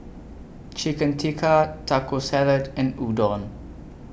Chicken Tikka Taco Salad and Udon